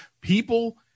people